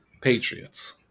Patriots